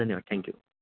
धन्यवाद थँक्यू